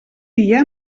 dia